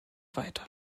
weiter